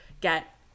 get